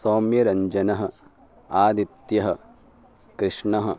सौम्यरञ्जनः आदित्यः कृष्णः